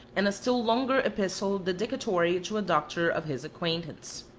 and a still longer epistle dedicatory to a doctor of his acquaintance.